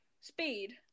Speed